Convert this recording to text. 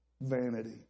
Vanity